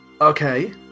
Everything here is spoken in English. Okay